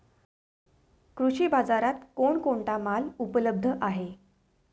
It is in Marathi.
कृषी बाजारात कोण कोणता माल उपलब्ध आहे?